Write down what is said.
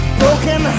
broken